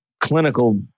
clinical